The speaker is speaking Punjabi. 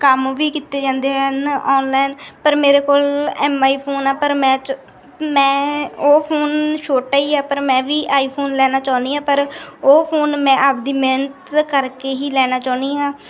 ਕੰਮ ਵੀ ਕੀਤੇ ਜਾਂਦੇ ਹਨ ਔਨਲਾਈਨ ਪਰ ਮੇਰੇ ਕੋਲ ਐੱਮਆਈ ਫੋਨ ਆ ਪਰ ਮੈਂ ਚ ਮੈਂ ਉਹ ਫੋਨ ਛੋਟਾ ਹੀ ਆ ਪਰ ਮੈਂ ਵੀ ਆਈਫੋਨ ਲੈਣਾ ਚਾਹੁੰਦੀ ਹਾਂ ਪਰ ਉਹ ਫੋਨ ਮੈਂ ਆਪਦੀ ਮਿਹਨਤ ਕਰਕੇ ਹੀ ਲੈਣਾ ਚਾਹੁੰਦੀ ਹਾਂ